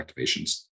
activations